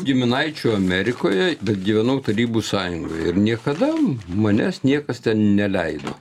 giminaičių amerikoje gyvenau tarybų sąjungoj ir niekada manęs niekas neleido